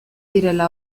direla